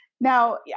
Now